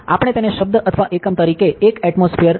આપણે તેને શબ્દ અથવા એકમ તરીકે 1 એટમોસ્ફિઅર 101